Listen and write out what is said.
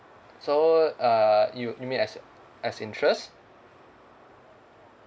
so uh you you mean as as interest